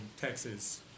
Texas